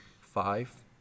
five